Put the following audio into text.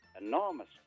enormous